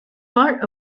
part